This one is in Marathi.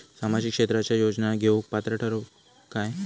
सामाजिक क्षेत्राच्या योजना घेवुक पात्र ठरतव काय?